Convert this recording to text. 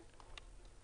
ממשלה.